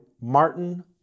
Martin